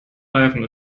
reifen